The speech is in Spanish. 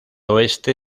oeste